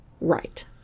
Right